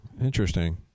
Interesting